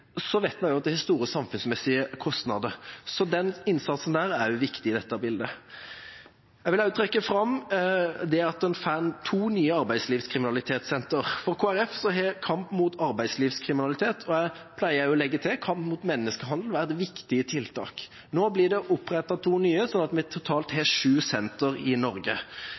vet vi også at det har store samfunnsmessige kostnader, så den innsatsen er også viktig i dette bildet. Jeg vil også trekke fram at en får to nye arbeidslivskriminalitetssentre. For Kristelig Folkeparti har kamp mot arbeidslivskriminalitet – jeg pleier også å legge til kamp mot menneskehandel – vært viktig. Nå blir det opprettet to nye sånn at vi totalt har sju sentre i Norge,